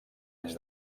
anys